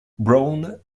browne